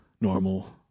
normal